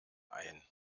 ein